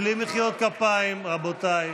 בלי מחיאות כפיים, רבותיי.